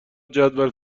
جدول